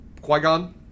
Qui-Gon